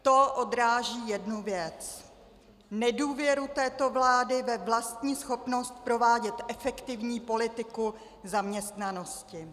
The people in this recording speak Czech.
To odráží jednu věc nedůvěru této vlády ve vlastní schopnost provádět efektivní politiku zaměstnanosti.